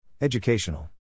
Educational